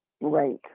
Right